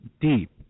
deep